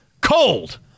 cold